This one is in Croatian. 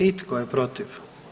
I tko je protiv?